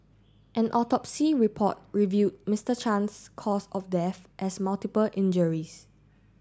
an autopsy report revealed Mister Chan's cause of death as multiple injuries